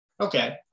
Okay